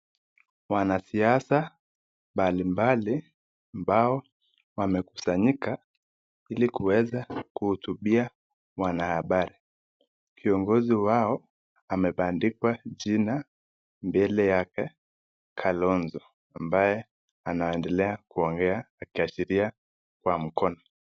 Wanasiasa mbalimbali ambao wamekusanyika ili kuweza kuhutubia wanahabari, kiongozi wao amebandikwa jina mbele yake Kalonzo ambaye anaendelea kuongea akiashiria kwa mkono.